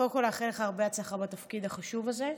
קודם כול לאחל לך הרבה הצלחה בתפקיד החשוב הזה,